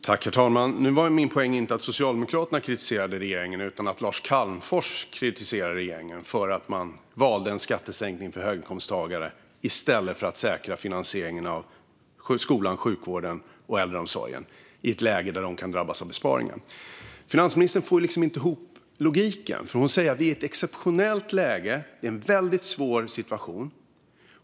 Herr talman! Nu var min poäng inte att Socialdemokraterna kritiserade regeringen utan att Lars Calmfors kritiserade regeringen för att den valde en skattesänkning för höginkomsttagare i stället för att säkra finansieringen av skolan, sjukvården och äldreomsorgen i ett läge då de kan drabbas av besparingar. Finansministern får inte ihop logiken. Hon säger att vi är i ett exceptionellt läge och att det är en väldigt svår situation.